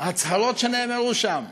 מההצהרות שנאמרו שם.